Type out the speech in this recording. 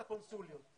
לקונסוליות.